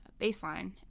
baseline